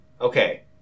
Okay